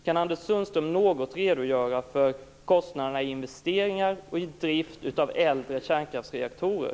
Kan Anders Sundström något redogöra för kostnader för investeringar i och för drift av äldre kärnkraftsreaktorer?